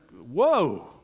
whoa